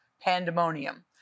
pandemonium